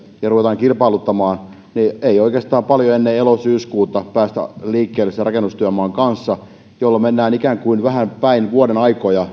ja ruvetaan kilpailuttamaan niin ei oikeastaan paljon ennen elo syyskuuta päästä liikkeelle sen rakennustyömaan kanssa jolloin mennään ikään kuin vähän päin vuodenaikoja